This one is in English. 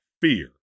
fear